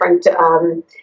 different